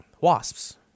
Wasps